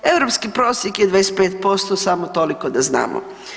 Europski prosjek je 25% samo toliko da znamo.